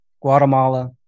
Guatemala